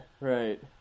right